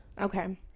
okay